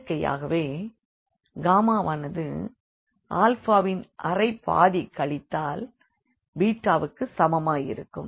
இயற்கையாகவே ஆனது ன்அரைப்பாதி கழித்தால் க்கு சமமாயிருக்கும்